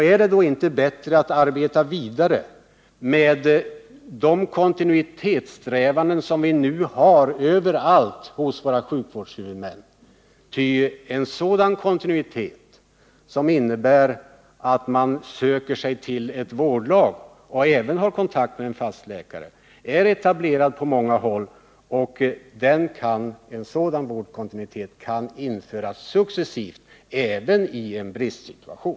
Är det inte bättre att arbeta med de kontinuitetssträvanden som nu finns överallt hos våra sjukvårdshuvudmän? Ty en kontinuitet som innebär att man söker sig till ett vårdlag och även har kontakt med en fast läkare är etablerad på många håll, och en sådan vårdkontinuitet kan införas successivt även i en bristsituation.